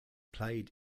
played